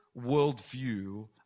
worldview